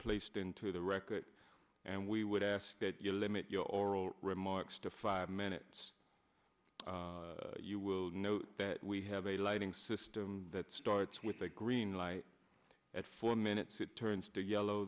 placed into the record and we would ask that you limit your oral remarks to five minutes you will know that we have a lighting system that starts with a green light at four minutes it turns to yellow